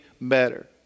better